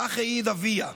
כך העיד אביה: